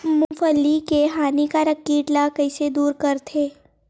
मूंगफली के हानिकारक कीट ला कइसे दूर करथे?